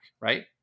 Right